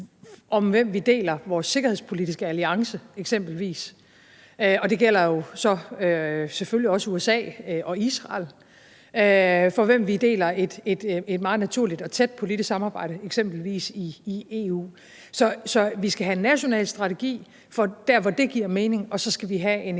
eksempelvis vores sikkerhedspolitiske alliance, og det gælder så selvfølgelig også USA og Israel, med hvem vi deler et meget naturligt og tæt politisk samarbejde, eksempelvis i EU. Så vi skal have en national strategi der, hvor det giver mening, og så skal vi have en